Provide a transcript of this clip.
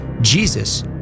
Jesus